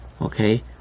okay